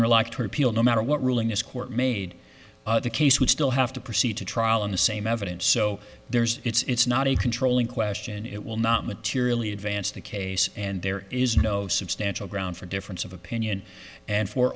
interlocked her appeal no matter what ruling this court made the case would still have to proceed to trial on the same evidence so there's it's not a controlling question it will not materially advance the case and there is no substantial ground for difference of opinion and for